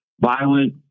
violent